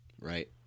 Right